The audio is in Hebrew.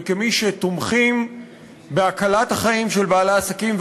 וכמי שתומכים בהקלת החיים של בעלי העסקים,